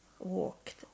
Walked